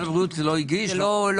זה לא אצלנו.